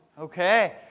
Okay